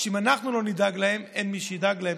ואם אנחנו לא נדאג להם אין מי שידאג להם.